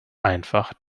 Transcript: einfach